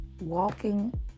walking